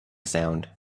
sound